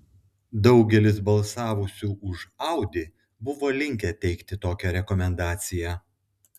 daugelis balsavusių už audi buvo linkę teikti tokią rekomendaciją